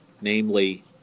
namely